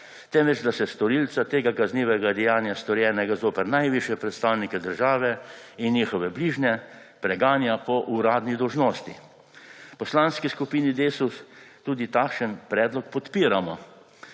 temveč da se storilca tega kaznivega dejanja, storjenega zoper najvišje predstavnike države in njihove bližnje, preganja po uradni dolžnosti. V Poslanski skupini Desus tudi takšen predlog podpiramo.